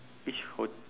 which ho~